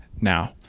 now